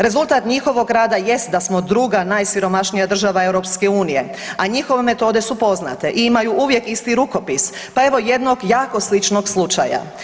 Rezultat njihovog rada jest da smo druga najsiromašnija država EU, a njihove metode su poznate i imaju uvijek isti rukopis, pa evo jednog jako sličnog slučaja.